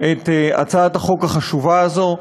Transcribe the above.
את הצעת החוק החשובה הזאת.